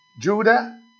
Judah